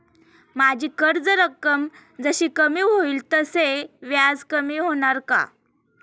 माझी कर्ज रक्कम जशी कमी होईल तसे व्याज कमी होणार का?